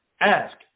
ask